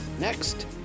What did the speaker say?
next